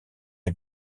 des